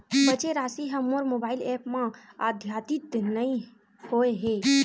बचे राशि हा मोर मोबाइल ऐप मा आद्यतित नै होए हे